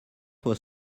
was